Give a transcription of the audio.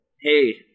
Hey